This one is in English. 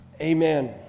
amen